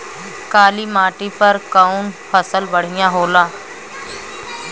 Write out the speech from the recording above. काली माटी पर कउन फसल बढ़िया होला?